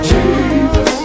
Jesus